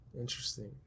Interesting